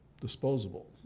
disposable